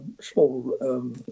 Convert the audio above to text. small